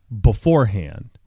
beforehand